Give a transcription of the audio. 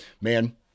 man